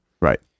Right